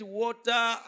water